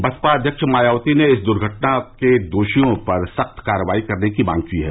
बसपा अध्यक्ष मायावती ने इस दर्घटना के दोषियों पर सख्त कार्रवाई करने की मांग की है